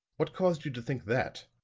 what caused you to think that?